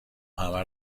همه